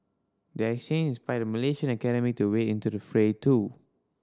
their exchange inspired a Malaysian academic to wade into the fray too